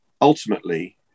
ultimately